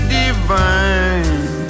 divine